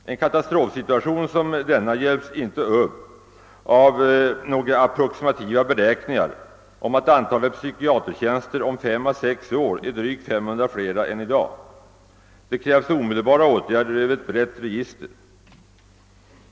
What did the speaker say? En katastrofsituation som denna hjälps inte upp av några approximativa beräkningar om att antalet psykiatertjänster om fem å sex år är drygt 500 flera än i dag. Det krävs omedelbara åtgärder över ett brett register.